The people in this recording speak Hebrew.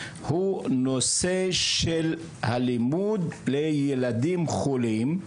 הוא נושא של הלימוד לילדים חולים,